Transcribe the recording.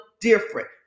different